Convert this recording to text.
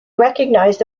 recognized